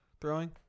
throwing